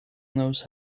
knows